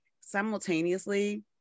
Simultaneously